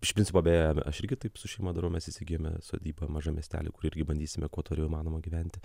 iš principo beje aš irgi taip su šeima darau mes įsigijome sodybą mažam miestelyj kur irgi bandysime kuo toliau įmanoma gyventi